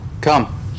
Come